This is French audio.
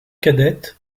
cadette